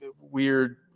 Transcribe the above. weird